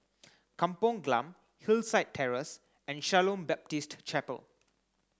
Kampong Glam Hillside Terrace and Shalom Baptist Chapel